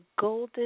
golden